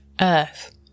Earth